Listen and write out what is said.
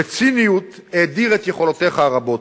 בציניות, האדיר את יכולותיך הרבות.